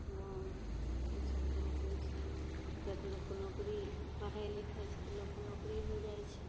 लोकके नोकरी पढ़ै लिखै छै लोकके नोकरी होइ जाइ छै